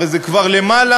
הרי זה כבר יותר,